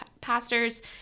pastors